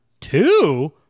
two